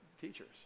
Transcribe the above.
teachers